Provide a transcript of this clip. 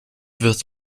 wird